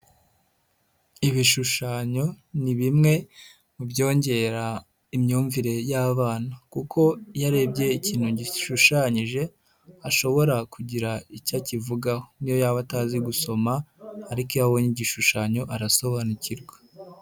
Ibishushanyo ni bimwe mu byongera imyumvire y'abana kuko iyo arebye ikintu gishushanyije ashobora kugira icyo akivugaho, niyo yaba atazi gusoma ariko iyo abonye igishushanyo arasobanukirwa.